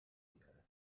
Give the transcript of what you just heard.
بیاره